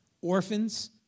Orphans